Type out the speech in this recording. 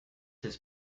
his